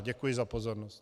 Děkuji za pozornost.